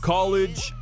College